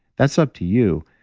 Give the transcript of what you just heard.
that's up to you,